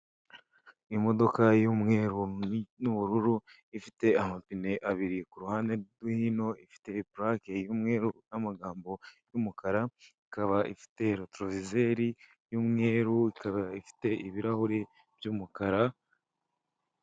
Imodoka y'umweru n'ubururu ifite amapine abiri k'uruhande rwino ifite purake n'amagambo y'umukara, ikaba ifite rotorovizeri y'umweru, ikaba ifite ibirahuri by'umukara.